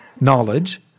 knowledge